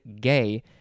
gay